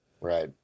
right